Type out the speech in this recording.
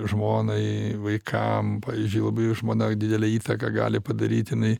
žmonai vaikam pavyzdžiui labai žmona didelę įtaką gali padaryt jinai